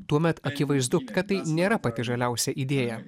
tuomet akivaizdu kad tai nėra pati žaliausia idėja